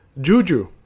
Juju